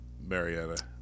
Marietta